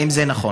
האם זה נכון?